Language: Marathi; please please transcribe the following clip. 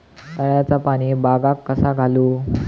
तळ्याचा पाणी बागाक कसा घालू?